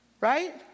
right